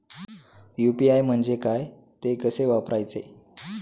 UPI म्हणजे काय, ते कसे वापरायचे?